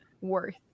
worth